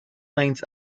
lanes